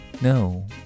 No